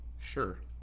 Sure